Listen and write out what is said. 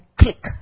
click